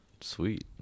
Sweet